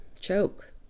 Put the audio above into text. choke